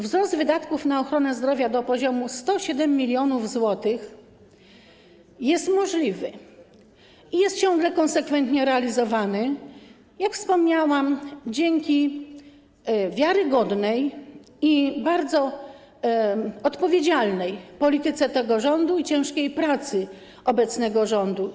Wzrost wydatków na ochronę zdrowia do poziomu 107 mln zł jest możliwy i jest ciągle konsekwentnie realizowany, jak wspomniałam, dzięki wiarygodnej, bardzo odpowiedzialnej polityce i ciężkiej pracy obecnego rządu.